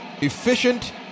efficient